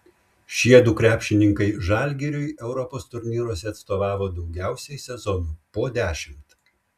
šiedu krepšininkai žalgiriui europos turnyruose atstovavo daugiausiai sezonų po dešimt